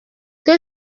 que